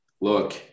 look